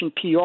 PR